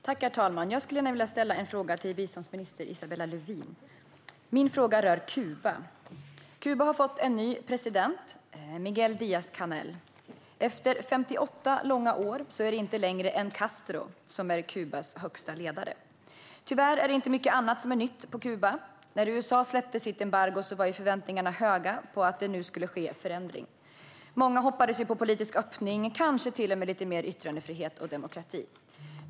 Herr talman! Jag skulle gärna vilja ställa en fråga till biståndsminister Isabella Lövin. Frågan rör Kuba. Kuba har fått en ny president, Miguel Díaz-Canel. Efter 58 långa år är det inte längre en Castro som är Kubas högsta ledare. Tyvärr är det inte mycket annat som är nytt på Kuba. När USA släppte sitt embargo var ju förväntningarna höga på att det nu skulle ske en förändring. Många hoppades på politisk öppning, kanske till och med lite mer yttrandefrihet och demokrati.